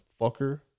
fucker